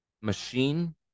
Machine